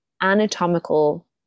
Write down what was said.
anatomical